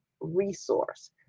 resource